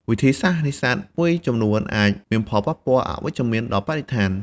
វិធីសាស្ត្រនេសាទមួយចំនួនអាចមានផលប៉ះពាល់អវិជ្ជមានដល់បរិស្ថាន។